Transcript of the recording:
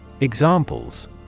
Examples